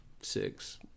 six